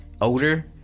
older